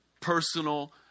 personal